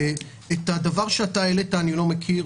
את הדבר שהעלית אני לא מכיר.